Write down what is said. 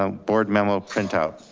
ah board memo printout.